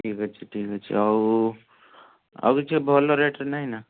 ଠିକ୍ଅଛି ଠିକ୍ଅଛି ଆଉ ଆଉ କିଛି ଭଲ ରେଟ୍ ରେ ନାହିଁ ନା